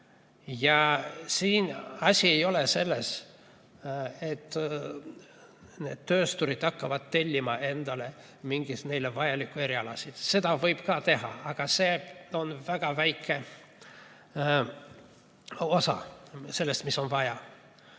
Asi ei ole selles, et töösturid hakkavad tellima endale mingeid neile vajalikke erialasid. Seda võib teha, aga see on väga väike osa sellest, mida on vaja.